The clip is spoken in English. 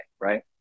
right